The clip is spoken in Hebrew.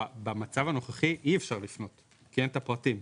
במצב הנוכחי אי אפשר לפנות כי אין את הפרטים.